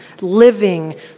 living